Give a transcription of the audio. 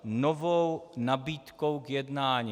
Novou nabídkou k jednání.